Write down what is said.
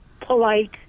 polite